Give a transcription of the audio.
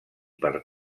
per